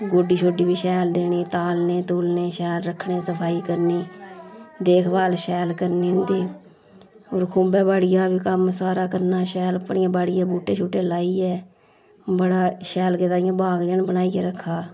गोड्डी छोड्डी बी शैल देनी तालने तूलने शैल रक्खनी सफाई करनी देखभाल शैल करनी उंदी होर खुंबे बाड़िया बी कम्म सारा करना अपनी बाड़िया बूह्टे छूह्टे लाइयै बड़ा शैल गेदा इ'यां बाग जन बनाइयै रक्खे दा